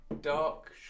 dark